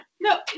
No